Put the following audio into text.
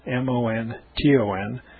M-O-N-T-O-N